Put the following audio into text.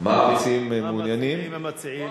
מה מעוניינים המציעים?